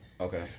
Okay